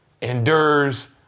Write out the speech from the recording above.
endures